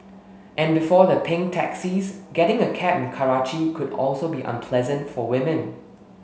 and before the pink taxis getting a cab in Karachi could also be unpleasant for women